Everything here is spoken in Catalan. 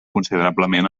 considerablement